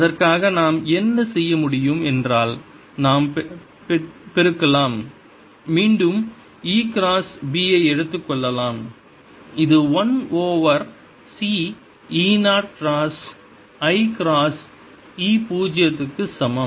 அதற்காக நாம் என்ன செய்ய முடியும் என்றால் நாம் பெருக்கலாம் மீண்டும் E கிராஸ் B ஐ எடுத்துக் கொள்ளலாம் இது 1 over c E 0 cross i cross E பூஜ்ஜியம் க்கு சமம்